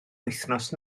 wythnos